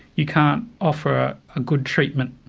you can't offer a good treatment,